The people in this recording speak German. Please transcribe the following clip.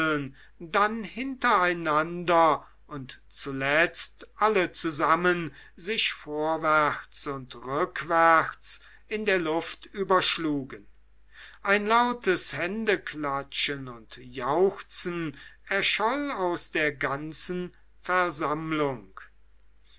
dann hintereinander und zuletzt alle zusammen sich vorwärts und rückwärts in der luft überschlugen ein lautes händeklatschen und jauchzen erscholl aus der ganzen versammlung